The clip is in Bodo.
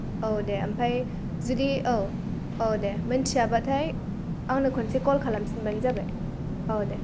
औ दे ओमफाय जुदि औ औ दे मिन्थियाब्लाथाय आंनो खनसे कल खालामफिनब्लानो जाबाय औ दे